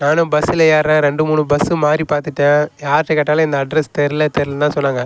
நானும் பஸ்ஸில் ஏறுறேன் ரெண்டு மூணு பஸ்ஸு மாறி பார்த்துட்டேன் யார்ட்ட கேட்டாலும் இந்த அட்ரெஸ் தெரில தெரிலன்னு தான் சொன்னாங்க